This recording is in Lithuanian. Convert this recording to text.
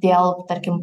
dėl tarkim